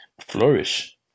flourish